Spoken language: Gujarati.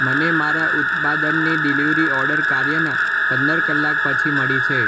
મને મારા ઉત્પાદનની ડિલિવરી ઓર્ડર કાર્યના પંદર કલાક પછી મળી છે